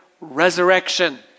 resurrection